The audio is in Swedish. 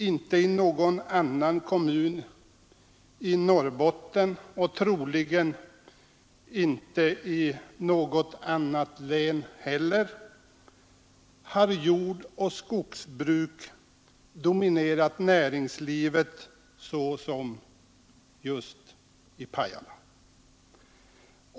Inte i någon annan kommun i Norrbotten och troligen inte i något annat län heller har jordoch skogsbruk dominerat näringslivet så som just i Pajala.